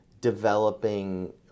developing